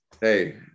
hey